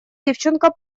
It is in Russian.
девчонка